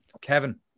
Kevin